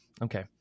Okay